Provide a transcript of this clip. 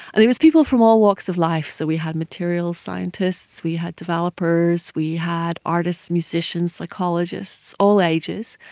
and it was people from all walks of life, so we had material scientists, we had developers, we had artists, musicians, psychologists, all ages,